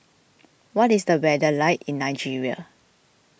what is the weather like in Nigeria